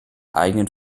eigenen